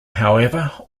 however